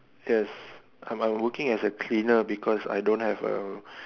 yes I'm I'm working as a cleaner because I don't have a